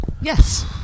Yes